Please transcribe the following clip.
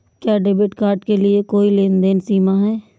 क्या debit card के लिए कोई लेनदेन सीमा है?